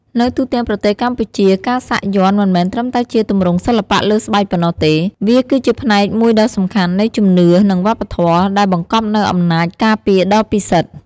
នៅទូទាំងប្រទេសកម្ពុជា ការសាក់យ័ន្តមិនមែនត្រឹមតែជាទម្រង់សិល្បៈលើស្បែកប៉ុណ្ណោះទេ វាគឺជាផ្នែកមួយដ៏សំខាន់នៃជំនឿ និងវប្បធម៌ ដែលបង្កប់នូវអំណាចការពារដ៏ពិសិដ្ឋ។